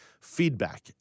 feedback